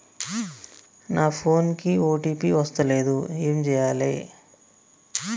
నా ఫోన్ కి ఓ.టీ.పి వస్తలేదు ఏం చేయాలే?